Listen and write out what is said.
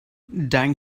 dein